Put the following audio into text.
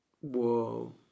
Whoa